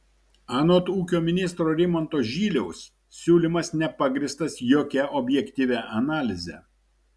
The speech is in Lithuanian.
anot ūkio ministro rimanto žyliaus siūlymas nepagrįstas jokia objektyvia analize